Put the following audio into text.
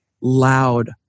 loud